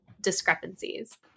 discrepancies